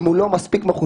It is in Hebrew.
אם הוא לא מספיק מחוספס,